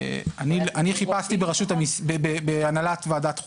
אני חיפשתי בהנהלת ועדת חוקה,